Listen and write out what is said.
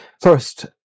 First